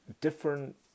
different